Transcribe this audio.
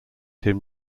him